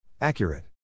Accurate